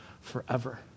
forever